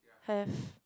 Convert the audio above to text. have